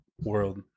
world